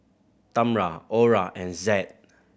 Tamra Orah and Zed